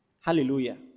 Hallelujah